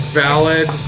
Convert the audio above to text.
valid